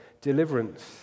deliverance